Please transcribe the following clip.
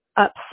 upset